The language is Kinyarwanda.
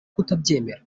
kutabyemera